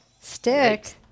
Stick